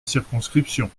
circonscription